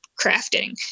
crafting